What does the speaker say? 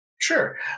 sure